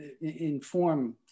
inform